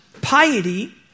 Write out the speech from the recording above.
piety